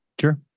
Sure